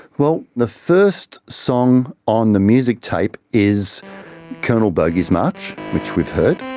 well, the first song on the music tape is colonel bogey's march, which we've heard.